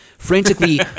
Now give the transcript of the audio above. frantically